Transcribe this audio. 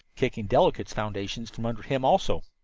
kicking delicate's foundations from under him, also.